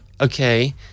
okay